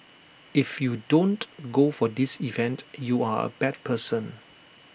if you don't go for this event you are A bad person